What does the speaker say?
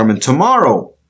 Tomorrow